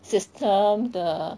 system the